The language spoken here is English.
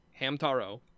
Hamtaro